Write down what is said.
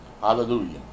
Hallelujah